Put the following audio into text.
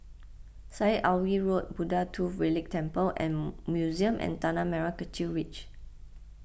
Syed Alwi Road Buddha Tooth Relic Temple and Museum and Tanah Merah Kechil Ridge